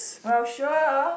well sure